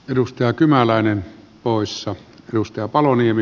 edustaa kymäläinen poissa edustaja paloniemi